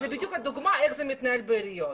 זאת בדיוק הדוגמה איך זה מתנהל בעיריות.